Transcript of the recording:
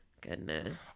goodness